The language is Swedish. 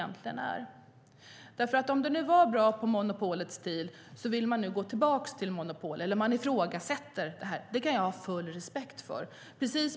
Man menar att det var bra på monopolets tid, och nu vill man gå tillbaka till det och ifrågasätter omregleringen. Det kan jag ha full respekt för.